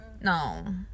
No